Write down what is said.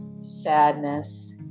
Sadness